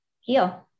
heal